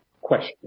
question